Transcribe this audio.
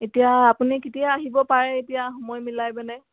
এতিয়া আপুনি কেতিয়া আহিব পাৰে এতিয়া সময় মিলাই মানে